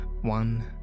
one